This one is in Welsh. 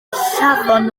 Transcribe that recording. lladdon